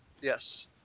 Yes